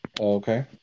okay